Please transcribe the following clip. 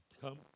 come